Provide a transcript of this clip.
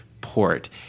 port